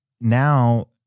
now